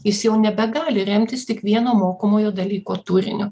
jis jau nebegali remtis tik vieno mokomojo dalyko turiniu